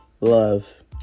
love